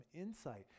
insight